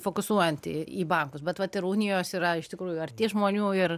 fokusuojant į į bankus bet vat ir unijos yra iš tikrųjų arti žmonių ir